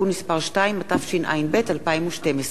התלהמות נגד אוכלוסיות שלמות,